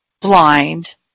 blind